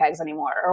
anymore